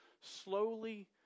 slowly